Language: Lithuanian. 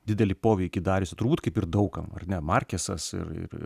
didelį poveikį dariusi turbūt kaip ir daug kam ar ne markesas ir ir